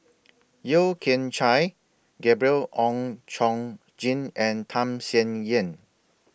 Yeo Kian Chai Gabriel Oon Chong Jin and Tham Sien Yen